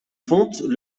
fontes